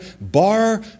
Bar